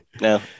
no